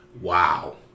wow